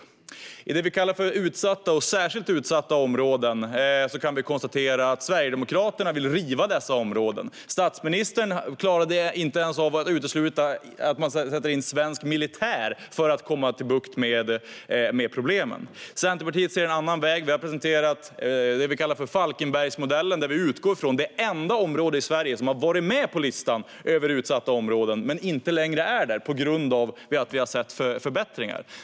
När det gäller det vi kallar för utsatta och särskilt utsatta områden kan vi konstatera att Sverigedemokraterna vill riva dessa områden. Statsministern klarade inte ens av att utesluta att man ska sätta in svensk militär för att få bukt med problemen. Centerpartiet ser en annan väg. Vi har presenterat det vi kallar för Falkenbergsmodellen, där vi utgår från det enda område i Sverige som har varit med på listan över utsatta områden men som inte längre är där på grund av att vi har sett förbättringar.